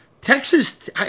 Texas